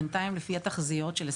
בינתיים לפי התחזיות של 2023,